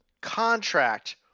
contract